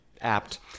apt